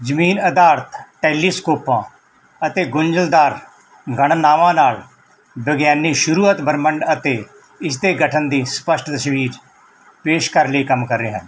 ਜ਼ਮੀਨ ਅਧਾਰਤ ਟੈਲੀਸਕੋਪਾਂ ਅਤੇ ਗੁੰਝਲਦਾਰ ਗਣਨਾਵਾਂ ਨਾਲ ਵਿਗਿਆਨੀ ਸ਼ੁਰੂਅਤ ਬ੍ਰਹਿਮੰਡ ਅਤੇ ਇਸਦੇ ਗਠਨ ਦੀ ਸਪਸ਼ਟ ਤਸਵੀਰ ਪੇਸ਼ ਕਰਨ ਲਈ ਕੰਮ ਕਰ ਰਹੇ ਹਨ